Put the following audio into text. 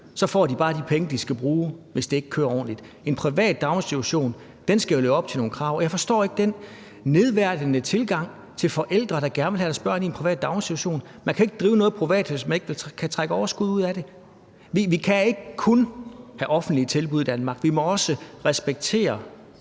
får de bare de penge, de skal bruge, hvis det ikke kører ordentligt. En privat daginstitution skal jo leve op til nogle krav. Og jeg forstår ikke den nedværdigende tilgang til forældre, der gerne vil have deres børn i en privat daginstitution. Man kan ikke drive noget privat, hvis ikke man kan trække overskud ud af det. Vi kan ikke kun have offentlige tilbud i Danmark. Vi må også respektere,